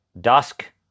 dusk